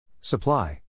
Supply